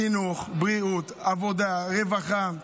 חינוך, בריאות, עבודה, רווחה.